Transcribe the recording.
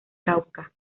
cauca